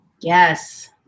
Yes